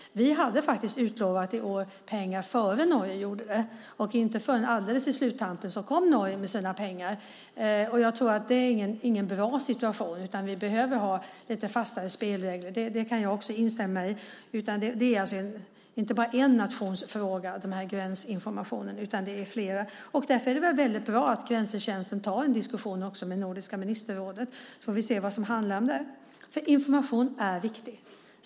I år utlovade vi pengar före Norge. Inte förrän alldeles i sluttampen kom Norge med sina pengar. Det är ingen bra situation. Vi behöver ha lite fastare spelregler. Det kan jag också instämma i. Gränsinformationen är inte bara en nations fråga, utan det är flera. Därför är det mycket bra att Grensetjänsten tar en diskussion med Nordiska ministerrådet. Då får vi se var vi hamnar där. Information är viktigt.